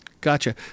Gotcha